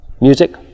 music